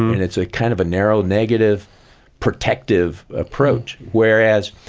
and it's ah kind of a narrow negative protective approach. whereas,